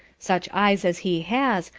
such eyes as he has,